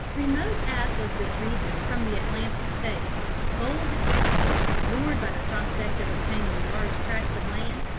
remote as was this region from the atlantic states, bold adventurers, lured by the prospect of obtaining large tracts of land,